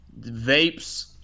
vapes